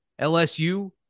LSU